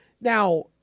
Now